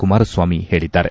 ಕುಮಾರಸ್ವಾಮಿ ಹೇಳಿದ್ದಾರೆ